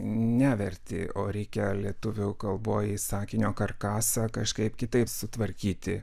neverti o reikia lietuvių kalboj sakinio karkasą kažkaip kitaip sutvarkyti